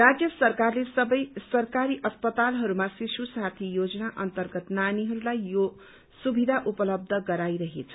राज्य सरकारले सबै सरकारी अस्पतालहरूमा शिश्रू साथी योजना अन्तर्गत नानीहरूलाई यो सुविधा उपलव्य गराइरहेछ